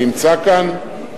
הוא נמצא כאן?